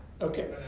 Okay